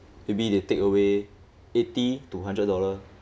maybe they take away eighty to hundred dollar